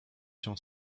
się